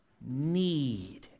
need